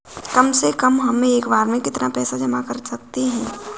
कम से कम एक बार में हम कितना पैसा जमा कर सकते हैं?